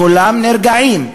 כולם נרגעים.